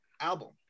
album